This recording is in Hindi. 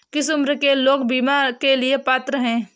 किस उम्र के लोग बीमा के लिए पात्र हैं?